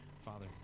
Father